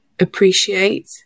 appreciate